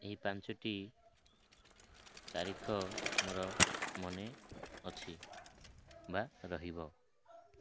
ଏହି ପାଞ୍ଚଟି ତାରିଖ ମୋର ମନେ ଅଛି ବା ରହିବ